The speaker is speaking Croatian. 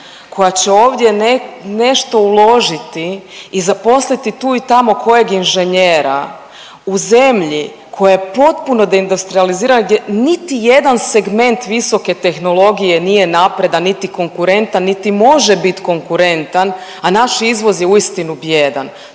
koja će ovdje nešto uložiti i zaposliti tu i tamo kojeg inženjera u zemlji koja je potpuno deindustrijalizirana gdje niti jedan segment visoke tehnologije nije napredan niti konkurentan niti može biti konkurentan. A naš izvoz je uistinu bijedan,